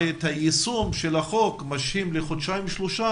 את היישום של החוק משהים לחודשיים-שלושה